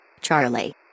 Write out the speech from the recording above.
Charlie